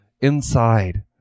inside